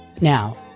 Now